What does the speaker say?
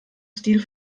stil